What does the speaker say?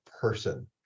person